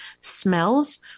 smells